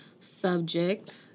subject